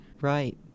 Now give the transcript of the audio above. Right